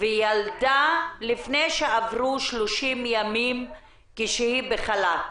וילדה לפני שעברו 30 ימים שהיא בחל"ת